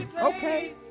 Okay